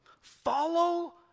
Follow